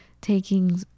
taking